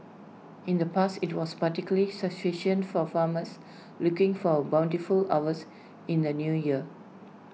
in the past IT was particularly situation for farmers looking for A bountiful harvest in the New Year